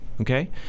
Okay